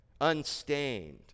unstained